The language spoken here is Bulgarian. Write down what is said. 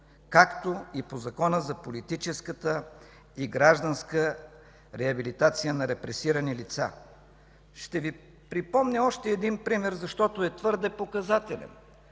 както и по Закона за политическа и гражданска реабилитация на репресирани лица. Ще Ви припомня още един пример, защото е твърде показателен